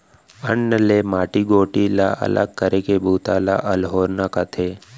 अन्न ले माटी गोटी ला अलग करे के बूता ल अल्होरना कथें